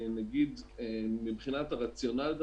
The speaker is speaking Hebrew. דבר ראשון מבחינת הרציונל,